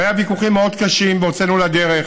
והיו ויכוחים מאוד קשים והוצאנו לדרך.